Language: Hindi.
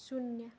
शून्य